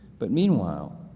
but meanwhile,